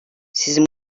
sizin